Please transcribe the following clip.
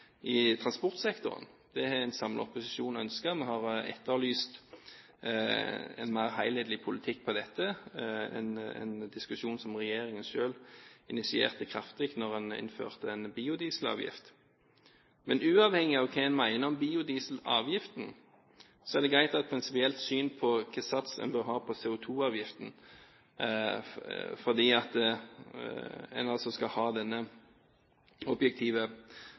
transportsektoren. Det har en samlet opposisjon ønsket. Vi har etterlyst en mer helhetlig politikk på dette, en diskusjon som regjeringen selv initierte kraftig da de innførte en biodieselavgift. Men uavhengig av hva en mener om biodieselavgiften, er det greit å ha et prinsipielt syn på hva slags sats en bør ha på CO2-avgiften, fordi en skal ha